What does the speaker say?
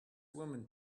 woman